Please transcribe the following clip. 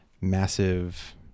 massive